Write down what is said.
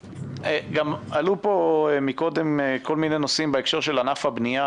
גם עלו פה מקודם כל מיני נושאים בהקשר של ענף הבנייה